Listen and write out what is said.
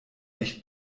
echt